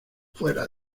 fuera